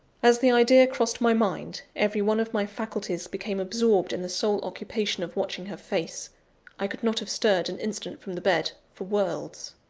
as the idea crossed my mind, every one of my faculties became absorbed in the sole occupation of watching her face i could not have stirred an instant from the bed, for worlds.